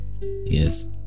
Yes